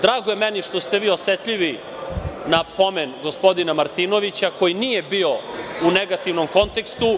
Drago mi je što ste osetljivi na pomen gospodina Martinovića koji nije bio u negativnom kontekstu